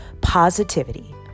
positivity